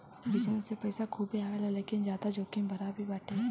business से पईसा खूबे आवेला लेकिन ज्यादा जोखिम भरा भी बाटे